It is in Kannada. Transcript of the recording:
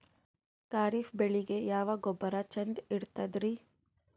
ಖರೀಪ್ ಬೇಳಿಗೆ ಯಾವ ಗೊಬ್ಬರ ಚಂದ್ ಇರತದ್ರಿ?